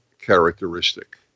characteristic